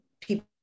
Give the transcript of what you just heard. people